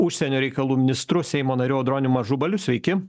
užsienio reikalų ministru seimo nariu audronium ažubaliu sveiki